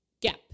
gap